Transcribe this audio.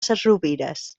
sesrovires